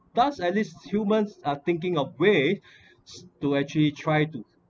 thus at least humans are thinking of way to actually try to